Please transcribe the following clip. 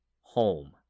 home